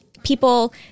People